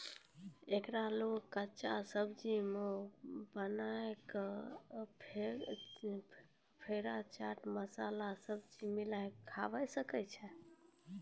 एकरा लोग कच्चा, सब्जी बनाए कय या फेरो चाट मसाला सनी मिलाकय खाबै छै